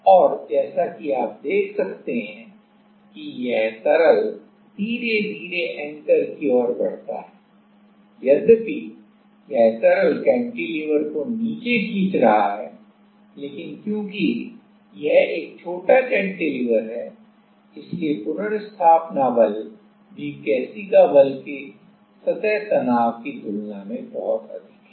और जैसा कि आप देख सकते हैं कि यह तरल धीरे धीरे एंकर की ओर बढ़ता है यदपि यह तरल कैंटिलीवर को नीचे खींच रहा है लेकिन चूंकि यह एक छोटा कैंटिलीवर है इसलिए पुनर्स्थापना बल भी केशिका बल के सतह तनव की तुलना में बहुत अधिक है